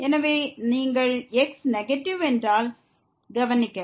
எனவே நீங்கள் x negative ஆக இருந்தால் கவனிக்க வேண்டும்